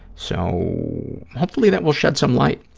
so hopefully that will shed some light